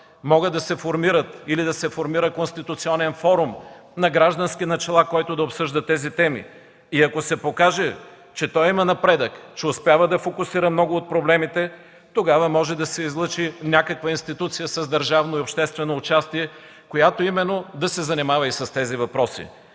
Могат да се формират или да се формира конституционен форум на граждански начала, който да обсъжда тези теми. Ако се покаже, че той има напредък, че успява да фокусира много от проблемите, тогава може да се излъчи някаква институция с държавно и обществено участие, която именно да се занимава и с тези въпроси.